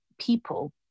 people